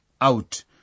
out